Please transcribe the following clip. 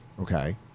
okay